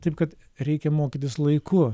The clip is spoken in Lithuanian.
taip kad reikia mokytis laiku